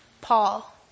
Paul